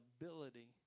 ability